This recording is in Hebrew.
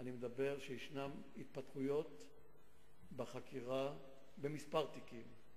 אני מדבר על התפתחויות בחקירה בכמה תיקים,